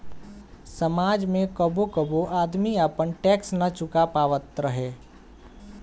समाज में कबो कबो आदमी आपन टैक्स ना चूका पावत रहे